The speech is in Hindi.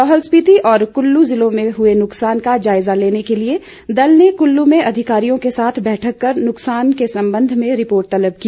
लाहौल स्पिति और कुल्लू जिलों में हुए नुकसान का जायजा लेने के लिए दल ने कुल्लू में अधिकारियों के साथ बैठक कर नुकसान के संबंध में रिपोर्ट तलब की